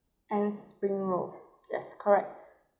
and spring roll yes correct